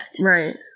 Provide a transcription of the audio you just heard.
right